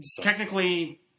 technically